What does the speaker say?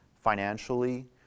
financially